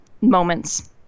moments